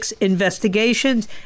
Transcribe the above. investigations